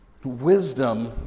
Wisdom